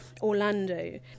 Orlando